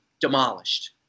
demolished